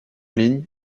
ligne